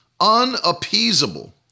unappeasable